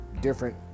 different